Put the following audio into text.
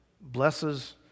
blesses